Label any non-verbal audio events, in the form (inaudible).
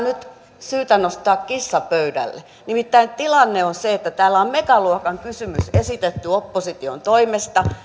(unintelligible) nyt syytä nostaa kissa pöydälle nimittäin tilanne on se että täällä on megaluokan kysymys esitetty opposition toimesta